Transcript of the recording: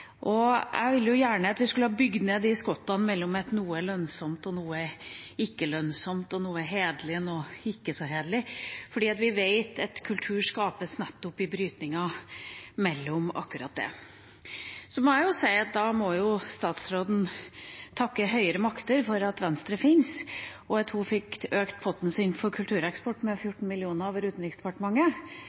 Jeg ville gjerne at vi skulle ha bygd ned skottene mellom noe lønnsomt og noe ikke lønnsomt og noe hederlig og noe ikke så hederlig, for vi vet at kultur skapes nettopp i brytningen mellom akkurat det. Da må jo statsråden takke høyere makter for at Venstre fins, og at hun fikk økt potten sin for kultureksport med 14